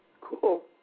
Cool